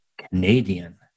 Canadian